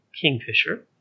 kingfisher